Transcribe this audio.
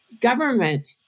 government